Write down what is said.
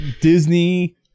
Disney